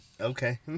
Okay